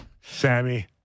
Sammy